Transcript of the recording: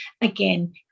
Again